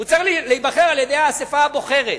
הוא צריך להיבחר על-ידי האספה הבוחרת,